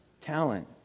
talent